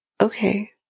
okay